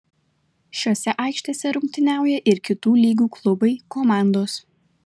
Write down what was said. šiose aikštėse rungtyniauja ir kitų lygų klubai komandos